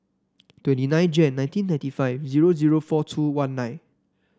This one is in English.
twenty nine Jan nineteen ninety five zero zero four two one nine